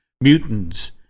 mutants